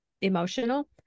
emotional